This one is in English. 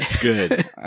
Good